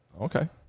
Okay